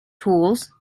tools